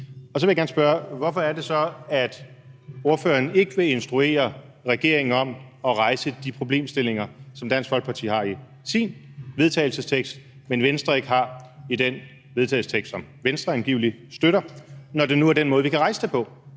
Jeg vil gerne spørge: Hvorfor er det så, at ordføreren ikke vil instruere regeringen om at rejse de problemstillinger, som Dansk Folkeparti har i sin vedtagelsestekst, men som Venstre ikke har i den vedtagelsestekst, som Venstre angiveligt støtter, når det nu er den måde, vi kan rejse det på?